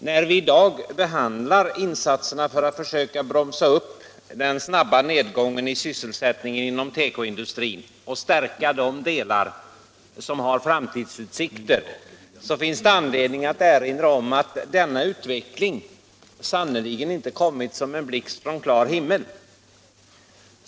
När vi i dag behandlar insatserna för att försöka bromsa upp den snabba nedgången i sysselsättningen inom tekoindustrin och stärka de delar som har framtidsutsikter, finns det anledning att erinra om att denna utveckling sannerligen inte kommit som en blixt från klar himmel.